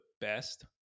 best